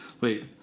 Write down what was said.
Wait